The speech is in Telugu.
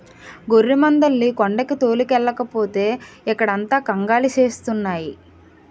గొర్రెమందల్ని కొండకి తోలుకెల్లకపోతే ఇక్కడంత కంగాలి సేస్తున్నాయి